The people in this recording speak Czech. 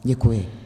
Děkuji.